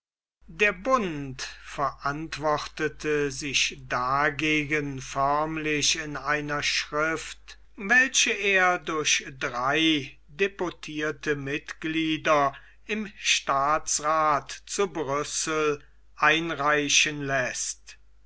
der bund verantwortete sich dagegen förmlich in einer schrift welche er durch drei deputierte mitglieder im staatsrath zu brüssel einreichen läßt